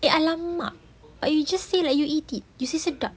eh !alamak! but you just say like you eat it you say sedap